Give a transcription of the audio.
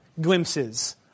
glimpses